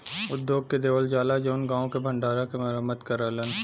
उद्योग के देवल जाला जउन गांव के भण्डारा के मरम्मत करलन